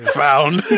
found